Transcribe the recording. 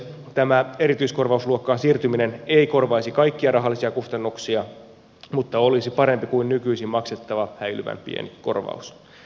tämä erityiskorvausluokkaan siirtyminen ei korvaisi kaikkia rahallisia kustannuksia mutta olisi parempi kuin nykyisin maksettava häilyvän pieni korvaus